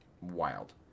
wild